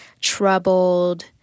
troubled